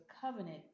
covenant